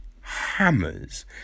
Hammers